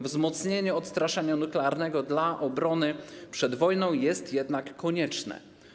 Wzmocnienie odstraszania nuklearnego dla obrony przed wojną jest jednak konieczne.